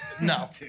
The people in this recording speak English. No